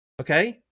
okay